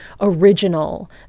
original